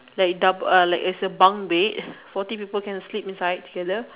like a double like uh as a bunk bed forty people can sleep inside together